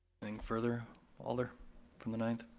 further, alder from the ninth?